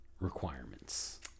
requirements